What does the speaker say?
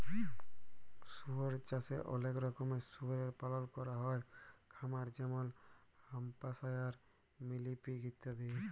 শুয়র চাষে অলেক রকমের শুয়রের পালল ক্যরা হ্যয় খামারে যেমল হ্যাম্পশায়ার, মিলি পিগ ইত্যাদি